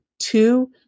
Two